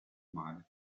male